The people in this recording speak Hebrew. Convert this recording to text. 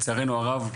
שלצערנו הרב,